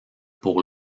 pour